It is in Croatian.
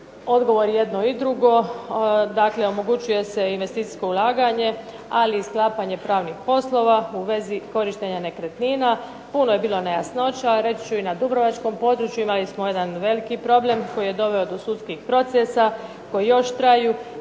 Odgovor je jedno i drugo. Dakle, omogućuje se investicijsko ulaganje, ali i sklapanje pravnih poslova u vezi korištenja nekretnina. Puno je bilo nejasnoća, reći ću i na dubrovačkom području. Imali smo jedan veliki problem koji je doveo do sudskih procesa koji još traju